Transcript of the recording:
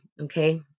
okay